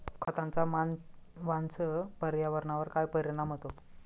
खतांचा मानवांसह पर्यावरणावर काय परिणाम होतो?